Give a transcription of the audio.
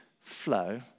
flow